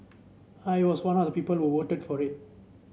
I was one of the people who voted for it